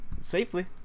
Safely